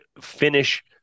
finish